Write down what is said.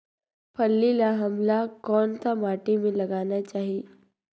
फल्ली ल हमला कौन सा माटी मे लगाना चाही?